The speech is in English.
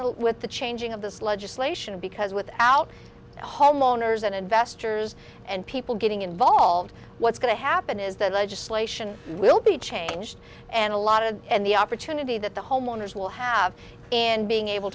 the with the changing of this legislation because without the homeowners and investors and people getting involved what's going to happen is that legislation will be changed and a lot of and the opportunity that the homeowners will have and being able